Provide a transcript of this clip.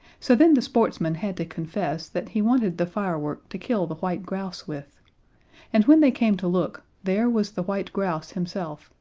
so then the sportsman had to confess that he wanted the firework to kill the white grouse with and, when they came to look, there was the white grouse himself,